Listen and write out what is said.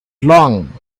long